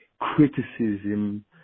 criticism